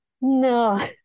no